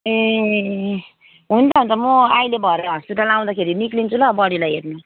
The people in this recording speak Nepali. ए हुन्छ हुन्छ म अहिले भरे हस्पिटल आउँदाखेरि निस्किन्छु ल बडीलाई हेर्नु